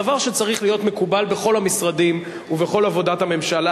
דבר שצריך להיות מקובל בכל המשרדים ובכל עבודת הממשלה.